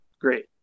great